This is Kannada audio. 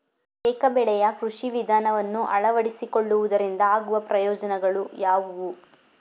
ಏಕ ಬೆಳೆಯ ಕೃಷಿ ವಿಧಾನವನ್ನು ಅಳವಡಿಸಿಕೊಳ್ಳುವುದರಿಂದ ಆಗುವ ಪ್ರಯೋಜನಗಳು ಯಾವುವು?